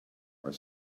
are